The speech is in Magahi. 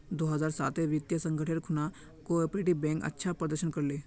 दो हज़ार साटेर वित्तीय संकटेर खुणा कोआपरेटिव बैंक अच्छा प्रदर्शन कर ले